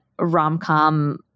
rom-com